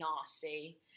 nasty